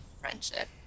friendship